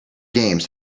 games